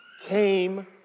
came